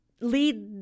lead